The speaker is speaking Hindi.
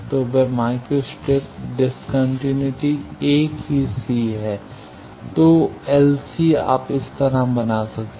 तो वह माइक्रो स्ट्रिप डिसकंटिनिटी एक ही C है तो LC आप इस तरह बना सकते हैं